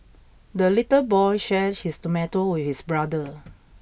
the little boy shared his tomato with his brother